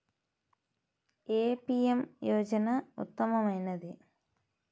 ఏ PM యోజన ఉత్తమమైనది?